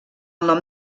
nom